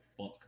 fuck